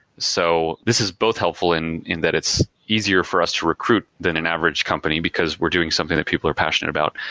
so this is both helpful and that it's easier for us to recruit than an average company, because we're doing something that people are passionate about.